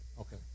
okay